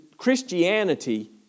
Christianity